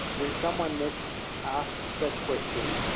when someone next asks that question,